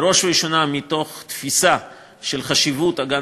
בראש ובראשונה מתוך תפיסה של חשיבות אגן